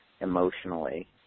emotionally